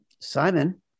Simon